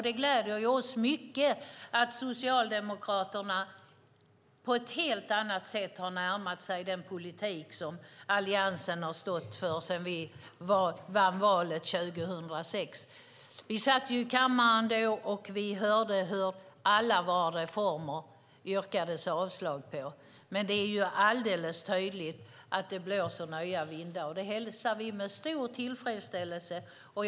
Det gläder oss mycket att Socialdemokraterna på ett helt annat sätt har närmat sig den politik som Alliansen har stått för sedan vi vann valet 2006. Vi satt i kammaren då och hörde hur det yrkades avslag på alla våra reformer. Det är alldeles tydligt att det blåser nya vindar. Det hälsar vi med stor tillfredsställelse. Herr talman!